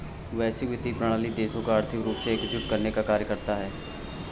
वैश्विक वित्तीय प्रणाली देशों को आर्थिक रूप से एकजुट करने का कार्य करता है